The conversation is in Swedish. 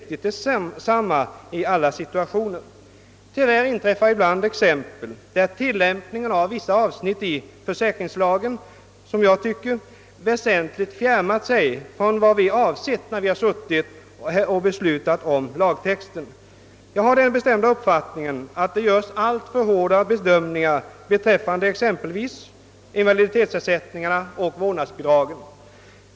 Tyvärr inträffar ibland att tillämpningen av vissa avsnitt i försäkringslagen enligt min uppfattning väsentligt fjärmat sig från vad vi avsett när vi beslutade om lagtexten. Jag har den bestämda uppfattningen att det görs alltför hårda bedömningar beträffande exempelvis invaliditetsersättningar och vårdnadsbidrag.